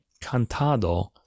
Cantado